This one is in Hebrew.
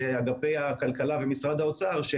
שהם אגפי הכלכלה ומשרד האוצר.